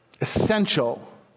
essential